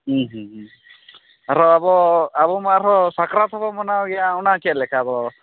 ᱦᱮᱸ ᱦᱮᱸ ᱟᱨᱦᱚᱸ ᱟᱵᱚ ᱟᱵᱚᱢᱟ ᱟᱨᱦᱚᱸ ᱥᱟᱠᱨᱟᱛ ᱦᱚᱸᱵᱚ ᱢᱟᱱᱟᱣ ᱜᱮᱭᱟ ᱚᱱᱟ ᱪᱮᱫᱞᱮᱠᱟ ᱟᱵᱚ